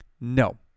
No